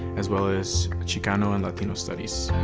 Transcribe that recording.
as well as chicano and latino studies.